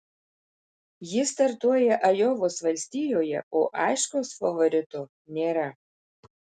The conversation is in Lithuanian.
jis startuoja ajovos valstijoje o aiškaus favorito nėra